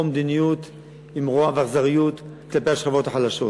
או מדיניות עם רוע ואכזריות כלפי השכבות החלשות?